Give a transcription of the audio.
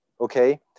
Okay